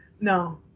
no